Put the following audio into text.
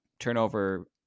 turnover